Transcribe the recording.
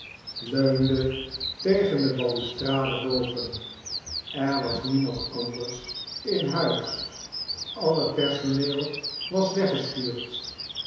tegen de balustrade boven er was niemand anders in huis al bet personeel was weggestuurd